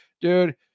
dude